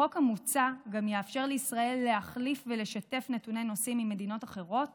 החוק המוצע גם יאפשר לישראל להחליף ולשתף נתוני נוסעים ממדינות אחרות